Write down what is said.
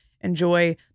enjoy